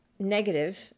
negative